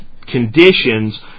conditions